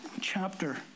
chapter